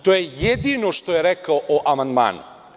To je jedino što je rekao o amandmanu.